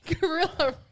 Gorilla